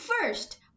first